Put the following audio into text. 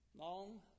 Long